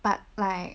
but like